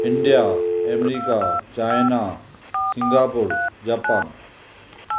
India America China Singapore Japan